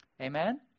Amen